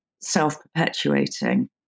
self-perpetuating